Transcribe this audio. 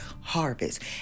harvest